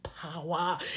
power